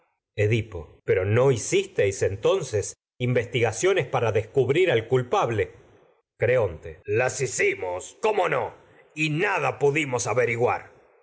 mi nunca no pero hicisteis entonces investigaciones para descubrir al culpable las hicimos creonte cómo no y nada pudimos averiguar